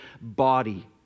body